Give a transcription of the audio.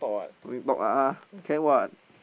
no need talk ah can [what]